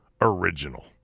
original